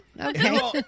Okay